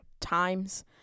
times